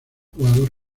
jugador